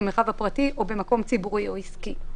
במרחב הפרטי או במקום ציבורי או עסקי.